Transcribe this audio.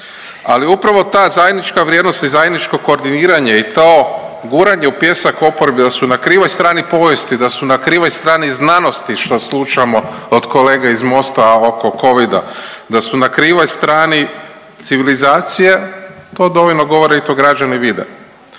Ali upravo ta zajednička vrijednost i zajedničko koordiniranje i to guranje u pijesak oporbe da su na krivoj strani povijesti, da su na krivoj strani znanosti, što slušamo od kolega iz Mosta oko covida, da su na krivoj strani civilizacije, to dovoljno govori i to građani vide.